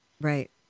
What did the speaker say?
right